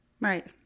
Right